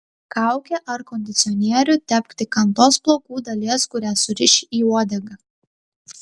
kaukę ar kondicionierių tepk tik ant tos plaukų dalies kurią suriši į uodegą